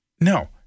No